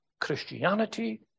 Christianity